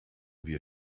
wir